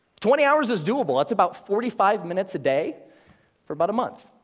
twenty hours is doable, that's about forty five minutes a day for about a month.